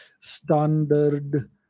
Standard